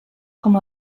com